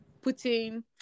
Putting